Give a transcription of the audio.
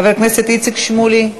חבר הכנסת איציק שמולי,